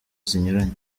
zinyuranye